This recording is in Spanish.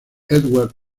edward